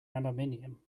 aluminium